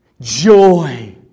joy